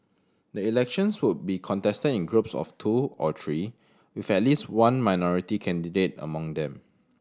the elections would be contested in groups of two or three with at least one minority candidate among them